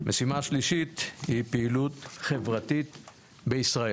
המשימה השלישית היא פעילות חברתית בישראל.